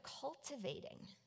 cultivating